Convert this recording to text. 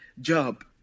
job